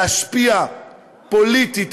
להשפיע פוליטית,